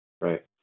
right